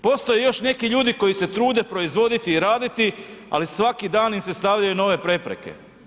Postoje još neki ljudi koji se trude proizvoditi i raditi, ali svaki dan im se stavljaju nove prepreke.